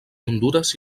hondures